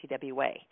TWA